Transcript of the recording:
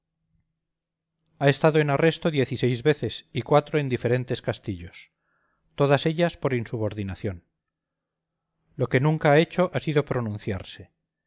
ha estado en arresto diez y seis veces y cuatro en diferentes castillos todas ellas por insubordinación lo que nunca ha hecho ha sido pronunciarse